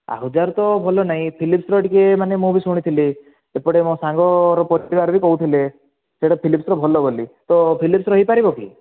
ଆହୁଜାର ତ ଭଲ ନାହିଁ ଫିଲିପ୍ସର ଟିକିଏ ମାନେ ମୁଁ ବି ଶୁଣିଥିଲି ଏପଟେ ମୋ ସାଙ୍ଗର ପରିବାର ବି କହୁଥିଲେ ସେଇଟା ଫିଲିପ୍ସର ଭଲ ବୋଲି ତ ଫିଲିପ୍ସର ହୋଇପାରିବ କି